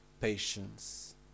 patience